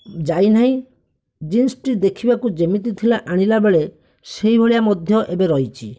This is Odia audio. ଯାଇ ନାହିଁ ଜିନ୍ସ୍ଟି ଦେଖିବାକୁ ଯେମିତି ଥିଲା ଆଣିଲାବେଳେ ସେଇଭଳିଆ ମଧ୍ୟ ଏବେ ରହିଛି